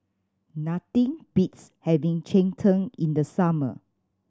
nothing beats having cheng tng in the summer